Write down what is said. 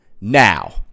Now